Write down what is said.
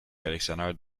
collectionneur